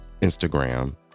Instagram